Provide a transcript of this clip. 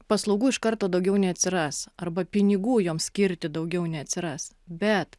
paslaugų iš karto daugiau neatsiras arba pinigų joms skirti daugiau neatsiras bet